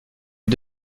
est